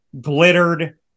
glittered